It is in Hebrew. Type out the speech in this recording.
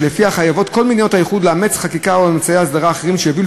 שלפיה חייבות כל מדינות האיחוד לאמץ חקיקה או אמצעי הסדרה אחרים שיביאו